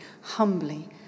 humbly